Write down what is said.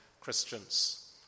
Christians